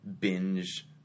binge